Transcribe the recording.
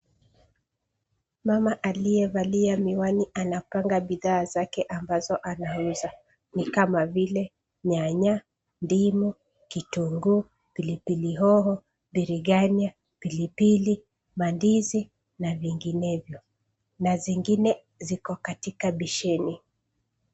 Mama aliyevalia miwani anapanga bidhaa zake ambazo anauza, ni kama vile nyanya, ndimu, kitunguu, pilipili hoho, biringanya, pilipili, mandizi, na vinginevyo, na zingine ziko katika besheni.